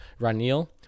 Ranil